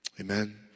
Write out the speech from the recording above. Amen